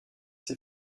ses